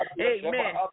Amen